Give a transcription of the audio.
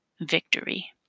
victory